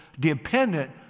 Dependent